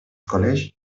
college